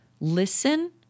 listen